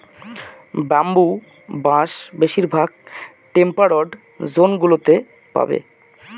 bamboo বা বাঁশ বেশিরভাগ টেম্পারড জোন গুলোতে পাবে